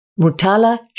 Mutala